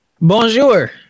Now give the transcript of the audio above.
bonjour